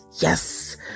Yes